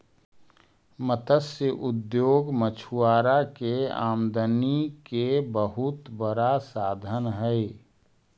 मत्स्य उद्योग मछुआरा के आमदनी के बहुत बड़ा साधन हइ